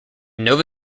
nova